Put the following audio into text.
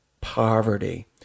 poverty